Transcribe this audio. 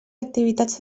activitats